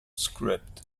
script